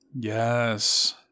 Yes